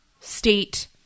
state